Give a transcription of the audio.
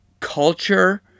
culture